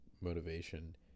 motivation